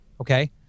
Okay